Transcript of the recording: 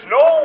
no